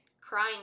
Crying